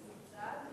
מסובסד?